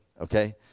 okay